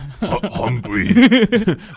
Hungry